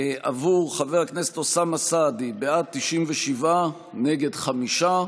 עבור חבר הכנסת אוסאמה סעדי, בעד, 97, נגד, חמישה.